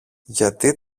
γιατί